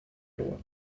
loi